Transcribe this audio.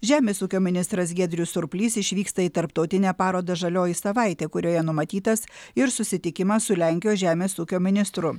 žemės ūkio ministras giedrius surplys išvyksta į tarptautinę parodą žalioji savaitė kurioje numatytas ir susitikimas su lenkijos žemės ūkio ministru